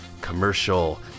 commercial